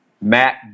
Matt